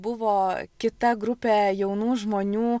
buvo kita grupė jaunų žmonių